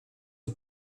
und